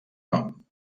nom